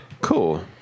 Cool